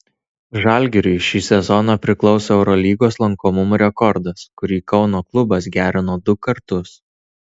žalgiriui šį sezoną priklauso eurolygos lankomumo rekordas kurį kauno klubas gerino du kartus